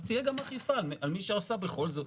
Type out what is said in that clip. אז תהיה גם אכיפה על מי שעשה בכל זאת.